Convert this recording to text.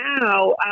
now